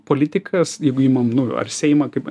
politikas jeigu imam nu ar seimą kaip